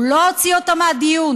הוא לא הוציא אותה מהדיון.